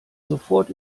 sofort